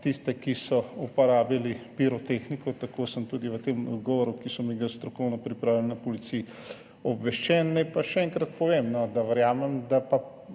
tiste, ki so uporabili pirotehniko. Tako sem tudi v tem odgovoru, ki so mi ga strokovno pripravili na Policiji, obveščen. Naj pa še enkrat povem, da verjamem, da je